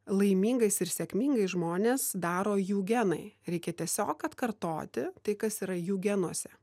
laimingais ir sėkmingais žmones daro jų genai reikia tiesiog atkartoti tai kas yra jų genuose